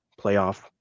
playoff